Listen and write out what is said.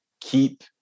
keep